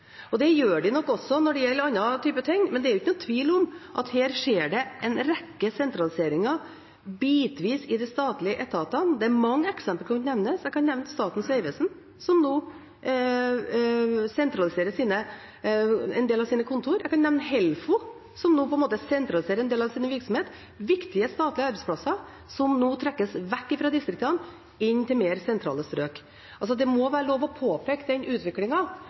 forklaring. Det gjør de nok også når det gjelder andre saker, men her er det ingen tvil om at det skjer en rekke sentraliseringer, bitvis, i de statlige etatene. Mange eksempler kan nevnes: Statens vegvesen, som nå sentraliserer en del av sine kontorer, og HELFO, som nå sentraliserer en del av sin virksomhet – viktige statlige arbeidsplasser som nå trekkes vekk fra distriktene og inn til mer sentrale strøk. Det må være lov til å påpeke den